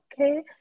okay